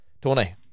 Tony